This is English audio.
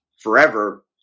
forever